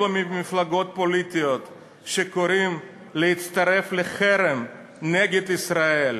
אלו מהמפלגות הפוליטיות שקוראים להצטרף לחרם נגד ישראל,